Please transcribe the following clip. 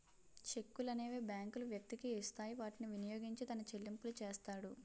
చెక్కులనేవి బ్యాంకులు వ్యక్తికి ఇస్తాయి వాటిని వినియోగించి తన చెల్లింపులు చేస్తాడు